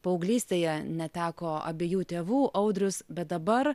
paauglystėje neteko abiejų tėvų audrius bet dabar